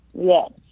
yes